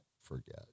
forget